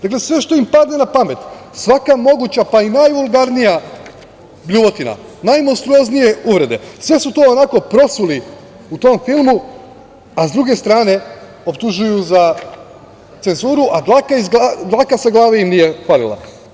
Dakle, sve što im padne na pamet, svaka moguća pa i najvulgarnija bljuvotina, najmonstruoznije uvrede, sve su to onako prosuli u tom filmu, a s druge strane optužuju za cenzuru a dlaka sa glave im nije falila.